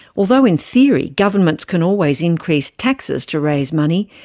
although in theory, governments can always increase taxes to raise money,